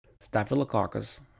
staphylococcus